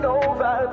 over